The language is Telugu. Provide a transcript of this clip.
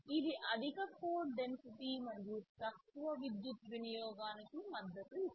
ఇది అధిక కోడ్ డెన్సిటీ మరియు తక్కువ విద్యుత్ వినియోగానికి మద్దతు ఇస్తుంది